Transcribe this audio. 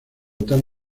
tan